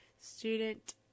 student